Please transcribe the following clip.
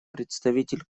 представитель